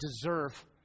deserve